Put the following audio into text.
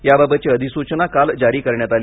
याबाबतची अधिसूचना काल जारी करण्यात आली